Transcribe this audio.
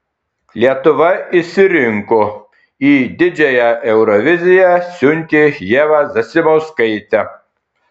lietuva išsirinko į didžiąją euroviziją siuntė ievą zasimauskaitę